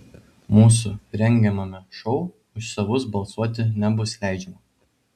mūsų rengiamame šou už savus balsuoti nebus leidžiama